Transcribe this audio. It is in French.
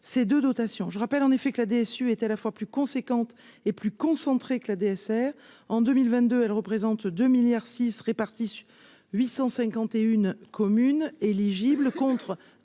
ces 2 dotations je rappelle en effet que la DSU est à la fois plus conséquentes et plus concentré que la DSR en 2022, elle représente 2 milliards 6 réparties sur 851 communes éligibles, contre